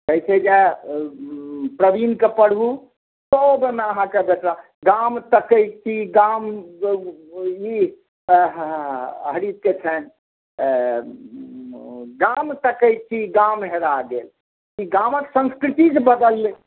कहै छै जे प्रवीणके पढू सभमे अहाँके भेटत गाम तकै छी गाम आ हा हा हा हरीशक छनि गाम तकै छी गाम हेरा गेल ई गामक संस्कृति जे बदललै